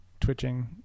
twitching